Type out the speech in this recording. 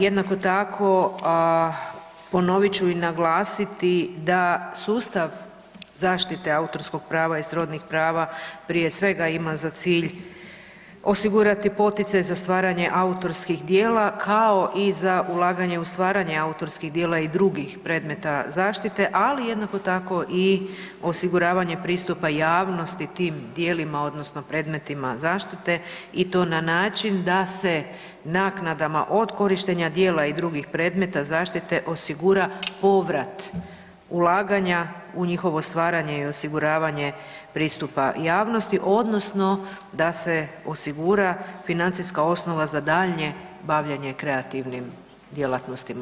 Jednako tako ponovit ću i naglasiti da sustav zaštite autorskog prava i srodnih prava prije svega ima za cilj osigurati poticaj za stvaranje autorskih djela kao i za ulaganje u stvaranje autorskih djela i drugih predmeta zaštite, ali jednako tako i osiguravanje pristupa javnosti tim djelima odnosno predmetima zaštite i to na način da se naknadama od korištenja djela i drugih predmeta zaštite osigura povrat ulaganja u njihovo stvaranje i osiguravanje pristupa javnosti odnosno da se osigura financijska osnova za daljnje bavljenje kreativnim djelatnostima.